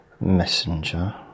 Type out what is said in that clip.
Messenger